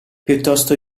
piuttosto